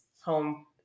home